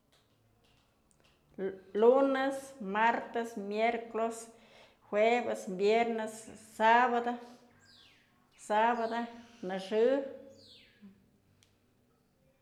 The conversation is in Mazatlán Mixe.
Lunes, martes, mierclos, jueves, viernes, sabado, sabado, nëxë.